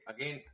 Again